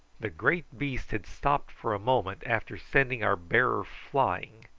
the great beast had stopped for a moment after sending our bearer flying,